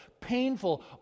painful